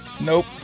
Nope